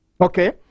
Okay